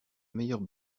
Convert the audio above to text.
meilleure